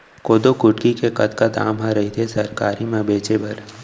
कोदो कुटकी के कतका दाम ह रइथे सरकारी म बेचे बर?